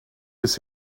bis